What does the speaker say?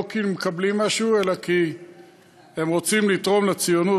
לא כי הם מקבלים משהו אלא כי הם רוצים לתרום לציונות,